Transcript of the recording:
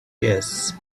yes